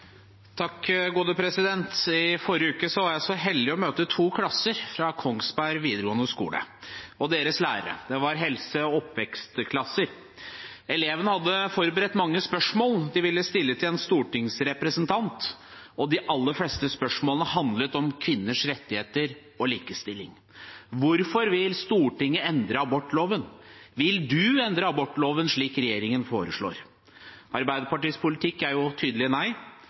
I forrige uke var jeg så heldig å møte to klasser og deres lærere fra Kongsberg videregående skole. Det var helse- og oppvekstklasser. Elevene hadde forberedt mange spørsmål de ville stille til en stortingsrepresentant, og de aller fleste spørsmålene handlet om kvinners rettigheter og likestilling. Hvorfor vil Stortinget endre abortloven? Vil du endre abortloven, slik regjeringen foreslår? Arbeiderpartiets politikk er jo et tydelig nei,